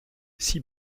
six